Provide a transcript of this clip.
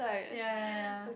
ya ya ya